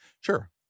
sure